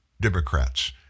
Democrats